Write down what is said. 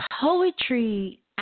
poetry